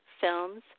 films